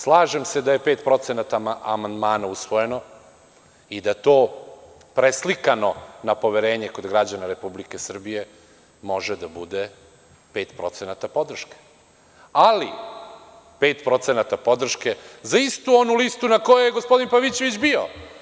Slažem se da je 5% amandmana usvojeno i da to preslikano na poverenje kod građana Republike Srbije može da bude 5% podrške, ali 5% podrške za istu onu listu na kojoj je gospodin Pavićević bio.